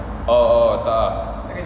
oh oh tak